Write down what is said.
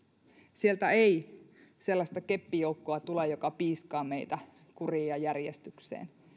sieltä ei sellaista keppijoukkoa tule joka piiskaa meitä kuriin ja järjestykseen